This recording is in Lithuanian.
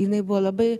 jinai buvo labai